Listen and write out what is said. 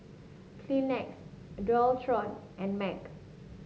Kleenex Dualtron and MAG